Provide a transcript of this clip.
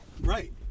Right